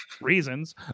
reasons